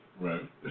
Right